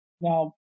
Now